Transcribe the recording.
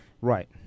Right